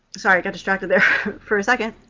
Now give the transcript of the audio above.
sorry, i got distracted there for a second.